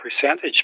percentage